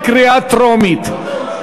רק בקריאה טרומית.